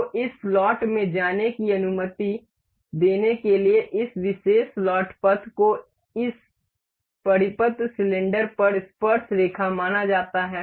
तो इस स्लॉट में जाने की अनुमति देने के लिए इस विशेष स्लॉट पथ को इस परिपत्र सिलेंडर पर स्पर्शरेखा माना जाता है